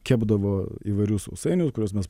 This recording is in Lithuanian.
kepdavo įvairius sausainius kuriuos mes